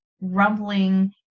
rumbling